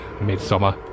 Midsummer